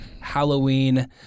Halloween